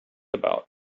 about